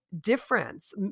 Difference